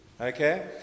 Okay